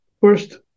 first